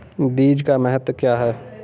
बीज का महत्व क्या है?